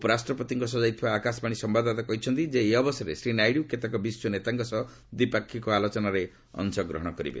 ଉପରାଷ୍ଟ୍ରପତିଙ୍କ ସହ ଯାଇଥିବା ଆକାଶବାଣୀ ସମ୍ଭାଦଦାତା କହିଛନ୍ତି ଏହି ଅବସରରେ ଶ୍ରୀ ନାଇଡୁ କେତକେ ବିଶ୍ୱ ନେତାଙ୍କ ସହ ଦ୍ୱିପାକ୍ଷିକ ଆଲୋଚନାରେ ଅଂଶଗ୍ରହଣ କରିବେ